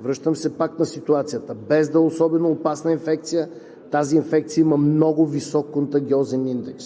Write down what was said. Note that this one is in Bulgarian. Връщам се пак на ситуацията – без да е особено опасна инфекция, тази инфекция има много висок контангьозен индекс.